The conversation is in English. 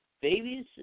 babies